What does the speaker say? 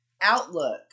outlook